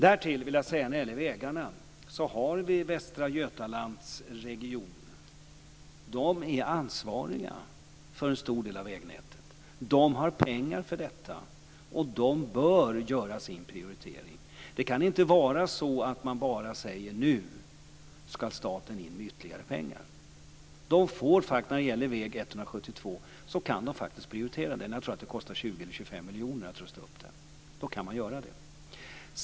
Därtill vill jag säga att man i Västra Götalandsregionen är ansvariga för en stor del av vägnätet här. De har pengar för detta. De bör göra sin prioritering. Det kan inte vara så att man bara säger att nu skall staten in med ytterligare pengar. De kan faktiskt prioritera väg 172. Jag tror att det kostar 20 eller 25 miljoner att rusta upp den. Då kan man göra det.